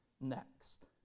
next